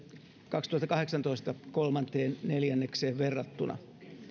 kaksituhattakahdeksantoista kolmanteen neljännekseen verrattuna